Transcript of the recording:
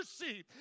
Mercy